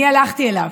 אני הלכתי אליו.